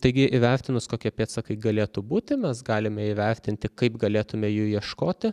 taigi įvertinus kokie pėdsakai galėtų būti mes galime įvertinti kaip galėtume jų ieškoti